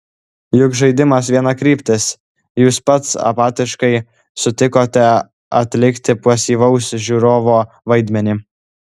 juk žaidimas vienakryptis jūs pats apatiškai sutikote atlikti pasyvaus žiūrovo vaidmenį